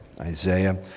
Isaiah